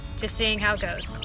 just seeing how it goes.